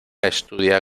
estudia